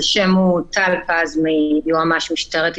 למעשה עו"ד טל פז כבר הביעה את עמדת המשטרה,